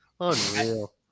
Unreal